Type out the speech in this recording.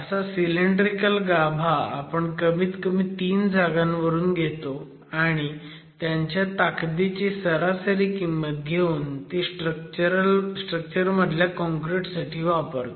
असा सिलेंड्रिकल गाभा आपण कमीत कमी 3 जागांवरून घेतो आणि त्यांच्या ताकदीची सरासरी किंमत घेऊन ती स्ट्रक्चर मधल्या काँक्रिट साठी वापरतो